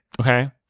Okay